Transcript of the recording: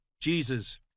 Jesus